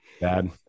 Bad